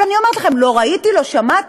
אבל אני אומרת לכם: לא ראיתי, לא שמעתי,